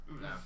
No